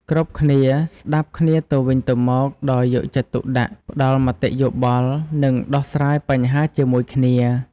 គ្រប់គ្នាស្តាប់គ្នាទៅវិញទៅមកដោយយកចិត្តទុកដាក់ ផ្តល់មតិយោបល់ និងដោះស្រាយបញ្ហាជាមួយគ្នា។